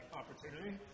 opportunity